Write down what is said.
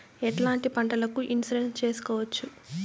ఎట్లాంటి పంటలకు ఇన్సూరెన్సు చేసుకోవచ్చు?